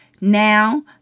Now